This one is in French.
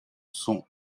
sont